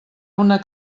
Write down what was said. una